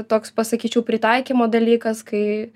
toks pasakyčiau pritaikymo dalykas kai